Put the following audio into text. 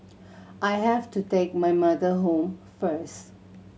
I have to take my mother home first